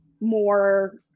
more